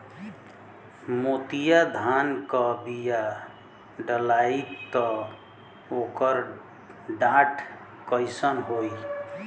मोतिया धान क बिया डलाईत ओकर डाठ कइसन होइ?